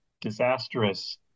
disastrous